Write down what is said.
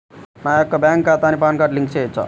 నా యొక్క బ్యాంక్ ఖాతాకి పాన్ కార్డ్ లింక్ చేయవచ్చా?